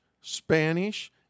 Spanish